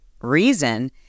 reason